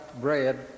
bread